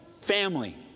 family